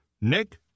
Nick